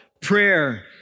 prayer